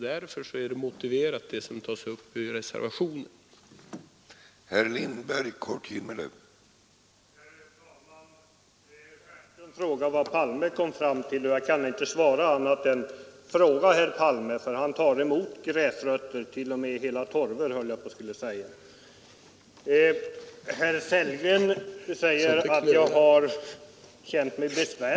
Därför är det som tas upp i reservationen motiverat.